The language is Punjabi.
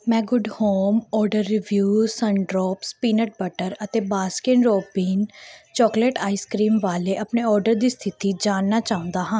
ਮੈਂ Good Home odour reviews Sundrops peanut butter ਅਤੇ Baskin Robbin chocolate ice cream ਵਾਲੇ ਆਪਣੇ ਆਰਡਰ ਦੀ ਸਥਿਤੀ ਜਾਣਨਾ ਚਾਹੁੰਦਾ ਹਾਂ